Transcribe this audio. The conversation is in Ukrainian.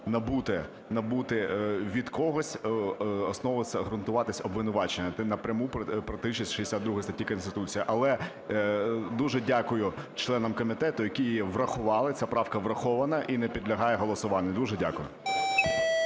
набуте від когось, основываться, ґрунтуватись обвинувачення. Це напряму протирічить 62 статті Конституції. Але дуже дякую членам комітету, які її врахували. Ця правка врахована і не підлягає голосуванню. Дуже дякую.